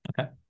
Okay